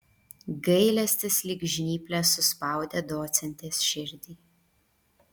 gailestis lyg žnyplės suspaudė docentės širdį